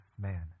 man